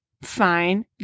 fine